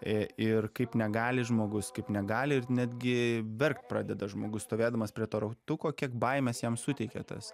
i ir kaip negali žmogus kaip negali ir netgi verkt pradeda žmogus stovėdamas prie to rautuko kiek baimės jam suteikia tas